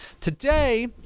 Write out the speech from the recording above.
Today